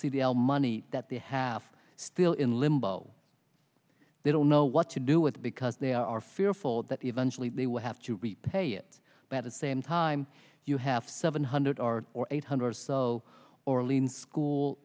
l money that they have still in limbo they don't know what to do with because they are fearful that eventually they will have to repay it by the same time you have seven hundred or or eight hundred or so orleans school